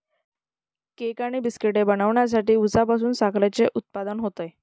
cake आणि बिस्किटे बनवण्यासाठी उसापासून साखरेचे उत्पादन होते